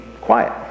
quiet